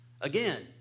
Again